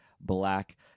black